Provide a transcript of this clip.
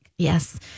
Yes